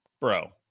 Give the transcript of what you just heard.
Bro